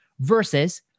versus